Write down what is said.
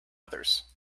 others